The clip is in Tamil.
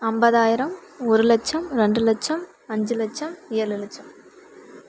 ஐம்பதாயிரம் ஒரு லட்சம் ரெண்டு லட்சம் அஞ்சு லட்சம் ஏழு லட்சம்